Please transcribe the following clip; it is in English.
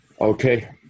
Okay